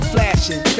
Flashing